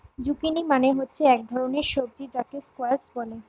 zucchini মানে হচ্ছে এক ধরণের সবজি যাকে স্কোয়াস বলে